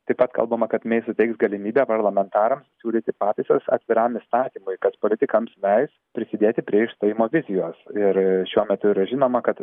taip pat kalbama kad mei suteiks galimybę parlamentarams siūlyti pataisas atviram įstatymui kas politikams leis prisidėti prie išstojimo vizijos ir šiuo metu yra žinoma kad